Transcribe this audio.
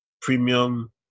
premium